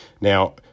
Now